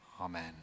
Amen